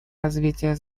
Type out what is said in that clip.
развития